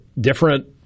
different